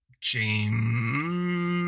James